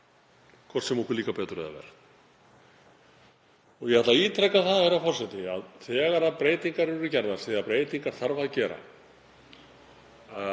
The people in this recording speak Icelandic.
hvort sem okkur líkar betur eða verr. Ég ætla að ítreka það, herra forseti, að þegar breytingar eru gerðar, því að breytingar þarf að gera,